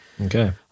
Okay